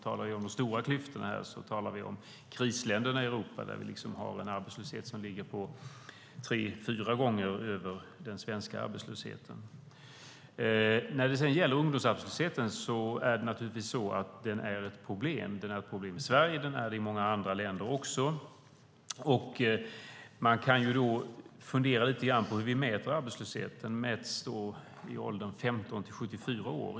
Talar vi om de stora klyftorna här talar vi om krisländerna i Europa, där vi har en arbetslöshet som ligger tre fyra gånger över den svenska arbetslösheten. Ungdomsarbetslösheten är naturligtvis ett problem. Den är ett problem i Sverige. Den är det i många andra länder också. Man kan då fundera lite grann på hur vi mäter arbetslösheten. Den mäts i åldern 15-74 år.